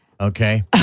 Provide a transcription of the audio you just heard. Okay